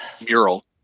mural